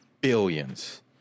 billions